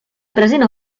present